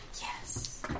Yes